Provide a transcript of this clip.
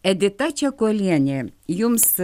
edita čekuolienė jums